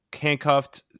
handcuffed